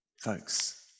folks